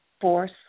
force